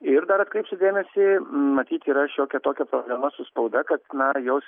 ir dar atkreipsiu dėmesį matyt yra šiokia tokia problema su spauda kad nors jos